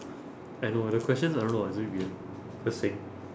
I know ah the questions I don't know ah is it weird just saying